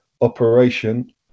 operation